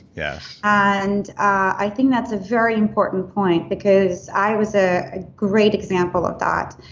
yeah and i think that's a very important point because i was ah a great example of that,